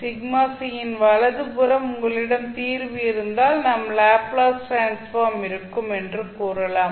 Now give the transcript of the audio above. யின் வலது புறம் உங்களிடம் தீர்வு இருந்தால் நம் லாப்ளேஸ் டிரான்ஸ்ஃபார்ம் இருக்கும் என்று கூறலாம்